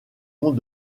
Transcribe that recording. ont